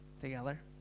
together